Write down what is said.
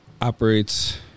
operates